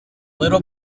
little